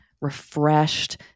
refreshed